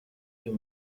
uyu